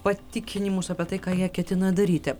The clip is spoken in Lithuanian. patikinimus apie tai ką jie ketina daryti